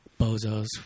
bozos